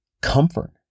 Comfort